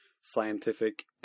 scientific